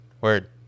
word